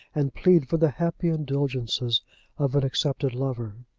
and plead for the happy indulgences of an accepted lover.